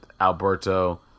Alberto